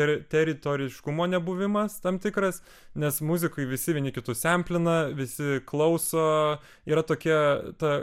ir teritoriškumo nebuvimas tam tikras nes muzikoj visi vieni kitus semplina visi klauso yra tokia ta